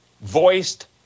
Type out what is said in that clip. voiced